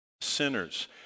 sinners